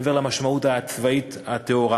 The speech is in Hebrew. מעבר למשמעות הצבאית הטהורה.